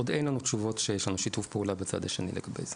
עוד אין לנו תשובות שיש לנו שיתוף פעולה לגבי זה